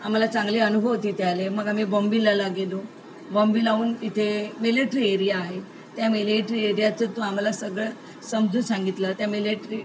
आम्हाला चांगले अनुभव तिथे आले मग आम्ही बॉम्बीलाला गेलो बॉम्बीलाहून तिथे मिलेट्री एरिया आहे त्या मेलेट्री एरियाचं तू आम्हाला सगळं समजू सांगितलं त्या मिलेट्री